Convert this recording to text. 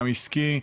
גם עסקי.